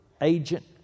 agent